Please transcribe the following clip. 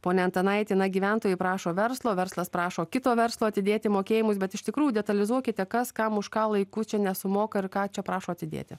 ponia antanaiti na gyventojai prašo verslo verslas prašo kito verslo atidėti mokėjimus bet iš tikrųjų detalizuokite kas kam už ką laiku čia nesumoka ir ką čia prašo atidėti